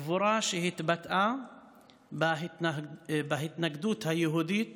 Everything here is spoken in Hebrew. הגבורה התבטאה בהתנגדות היהודית